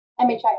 MHI